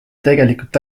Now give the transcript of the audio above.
tegelikult